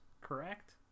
correct